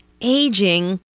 aging